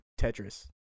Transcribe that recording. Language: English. Tetris